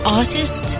artist